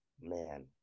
man